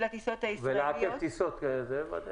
תראה,